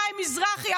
חיים מזרחי,